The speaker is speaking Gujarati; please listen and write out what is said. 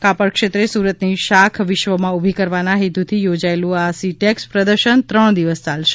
કાપડ ક્ષેત્રે સુરતની શાખ વિશ્વમાં ઉભી કરવાના હેતુથી યોજાયેલુ આ સીટેકસ પ્રદર્શન ત્રણ દિવસ ચાલશે